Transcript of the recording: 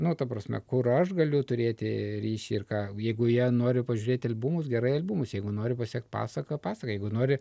nu ta prasme kur aš galiu turėti ryšį ir ką jeigu jie nori pažiūrėti albumus gerai albumus jeigu nori pasekt pasaką pasaką jeigu nori